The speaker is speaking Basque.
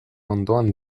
ondoan